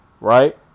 right